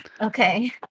Okay